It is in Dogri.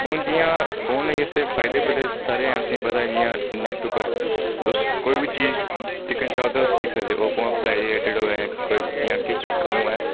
हून जि'यां फोन होई गेआ उसदे फायदे बडे़ सारे हैन तुसें ई पता ऐ जि'यां नैट्ट उप्पर तुस कोई बी चीज दिक्खना चाहो तुस दिक्खी सकदे ओ ओह् भामें पढ़ाई दे रिलेटिड होऐ कोई इ'यां किश कम्म होऐ